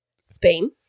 Spain